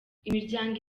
imiryango